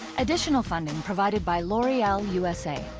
additional funding provided by l'oreal usa.